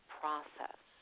process